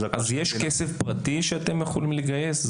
אז יש כסף פרטי שאתם יכולים לגייס?